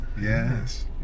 yes